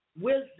Wisdom